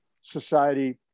society